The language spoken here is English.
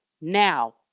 now